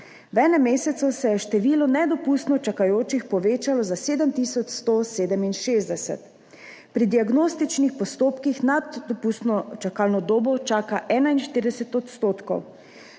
V enem mesecu se je število nedopustno čakajočih povečalo za 7 tisoč 167. Pri diagnostičnih postopkih nad dopustno čakalno dobo čaka 41 %,